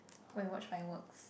go and watch fireworks